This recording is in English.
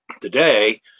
today